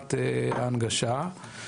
ברמת ההנגשה.